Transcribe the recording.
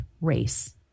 race